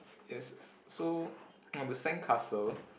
yes so on the sandcastle